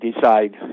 decide